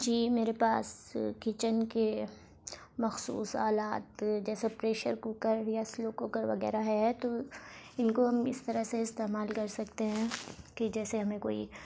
جی میرے پاس کچن کے مخصوص آلات جیسے پریشر کوکر یا سلو کوکر وغیرہ ہے تو ان کو ہم اس طرح سے استعمال کر سکتے ہیں کہ جیسے ہمیں کوئی